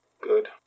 Good